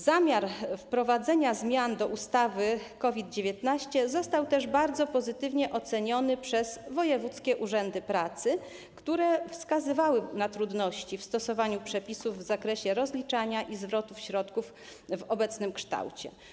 Zamiar wprowadzenia zmian do ustawy COVID-19 został też bardzo pozytywnie oceniony przez wojewódzkie urzędy pracy, które wskazywały na trudności w stosowaniu przepisów w zakresie rozliczania i zwrotów środków w obecnym kształcie.